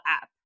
app